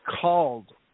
called